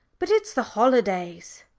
but it's the holidays.